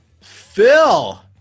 Phil